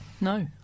No